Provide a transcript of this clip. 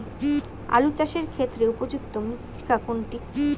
আলু চাষের ক্ষেত্রে উপযুক্ত মৃত্তিকা কোনটি?